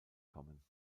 kommen